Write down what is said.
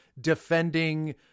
defending